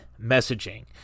messaging